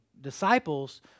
disciples